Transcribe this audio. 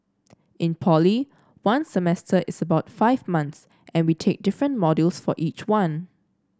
in poly one semester is about five months and we take different modules for each one